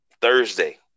Thursday